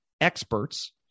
experts